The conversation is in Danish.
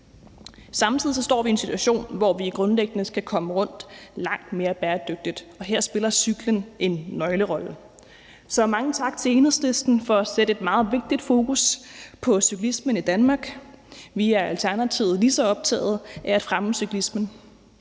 Samtidig står vi i en situation, hvor vi grundlæggende skal komme rundt langt mere bæredygtigt, og her spiller cyklen en nøglerolle. Så mange tak til Enhedslisten for at sætte et meget vigtigt fokus på cyklismen i Danmark. Vi er i Alternativet lige så optaget af at fremme cyklismen.